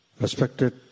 respected